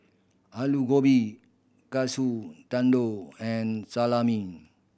Alu Gobi Katsu Tendon and Salami